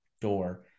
door